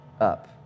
up